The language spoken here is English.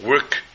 work